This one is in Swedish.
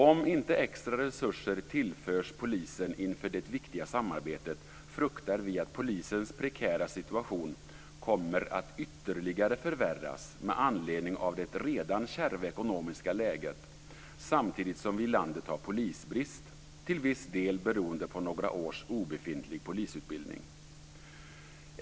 Om inte extra resurser tillförs polisen inför det viktiga samarbetet fruktar vi att polisens prekära situation kommer att ytterligare förvärras med anledning av det redan kärva ekonomiska läget samtidigt som vi i landet har polisbrist, till viss del beroende på några års obefintlig polisutbildning.